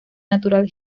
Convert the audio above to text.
natural